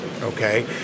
Okay